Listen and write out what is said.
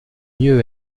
mieux